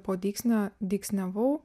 po dygsnio dygsniavau